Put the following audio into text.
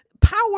Power